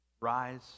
Rise